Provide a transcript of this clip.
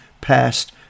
passed